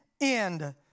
end